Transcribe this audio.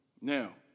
Now